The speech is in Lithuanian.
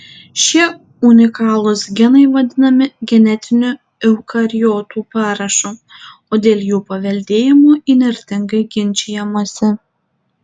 šie unikalūs genai vadinami genetiniu eukariotų parašu o dėl jų paveldėjimo įnirtingai ginčijamasi